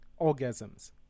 orgasms